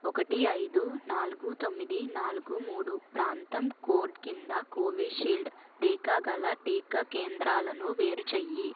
ఒకటి ఐదు నాలుగు తొమ్మిది నాలుగు మూడు ప్రాంతం కోడ్ కింద కోవిషీల్డ్ టీకా గల టీకా కేంద్రాలను వేరు చేయి